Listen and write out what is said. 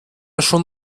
schon